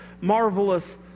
marvelous